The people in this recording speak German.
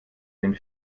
den